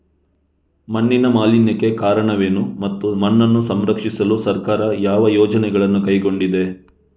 ಮಣ್ಣಿನ ಮಾಲಿನ್ಯಕ್ಕೆ ಕಾರಣವೇನು ಮತ್ತು ಮಣ್ಣನ್ನು ಸಂರಕ್ಷಿಸಲು ಸರ್ಕಾರ ಯಾವ ಯೋಜನೆಗಳನ್ನು ಕೈಗೊಂಡಿದೆ?